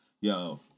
yo